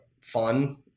fun